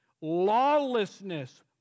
Lawlessness